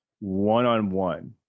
one-on-one